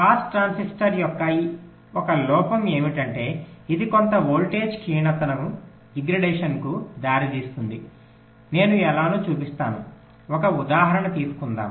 pass transistor యొక్క ఒక లోపం ఏమిటంటే ఇది కొంత వోల్టేజ్ క్షీణతకు దారితీస్తుంది నేను ఎలానో చూపిస్తాను ఒక ఉదాహరణ తీసుకుందాం